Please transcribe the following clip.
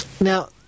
Now